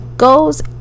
goes